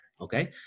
Okay